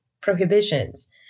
prohibitions